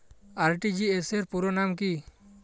RTGS র পুরো নাম কি?